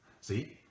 See